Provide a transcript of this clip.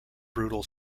brutal